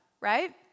right